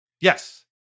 Yes